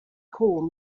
korn